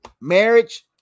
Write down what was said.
marriage